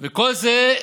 וכל זה,